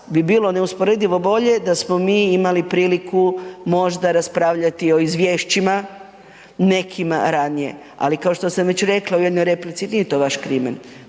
bi bilo neusporedivo bolje da smo mi imali priliku možda raspravljati o izvješćima nekima ranije, ali kao što sam već rekla u jednoj replici, nije to vaš krimen,